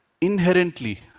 inherently